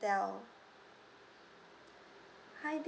hotel